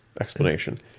explanation